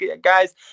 guys